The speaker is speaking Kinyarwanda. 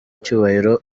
icyubahiro